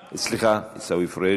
סליחה, עיסאווי פריג'.